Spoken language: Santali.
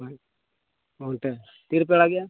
ᱦᱮᱸ ᱦᱳᱭ ᱮᱱᱛᱮᱫ ᱛᱤᱨᱮᱯᱮ ᱟᱲᱟᱜᱮᱜᱼᱟ